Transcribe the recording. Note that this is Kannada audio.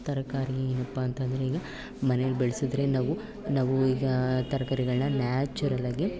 ತರಕಾರಿ ಏನಪ್ಪ ಅಂತಂದರೆ ಈಗ ಮನೇಲಿ ಬೆಳೆಸಿದ್ರೆ ನಾವು ನಾವು ಈಗ ತರಕಾರಿಗಳ್ನ ನ್ಯಾಚುರಲ್ಲಾಗಿ